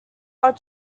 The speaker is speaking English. would